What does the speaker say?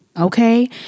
Okay